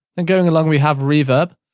and going along, we have reverb.